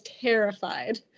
terrified